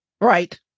right